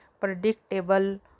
predictable